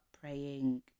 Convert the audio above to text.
praying